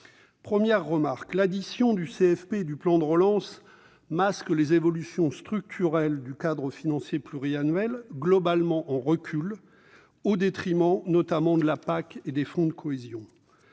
Première remarque : l'addition du CFP et du plan de relance masque les évolutions structurelles du cadre financier pluriannuel, globalement en recul, au détriment notamment de la PAC et des fonds de cohésion.